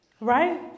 Right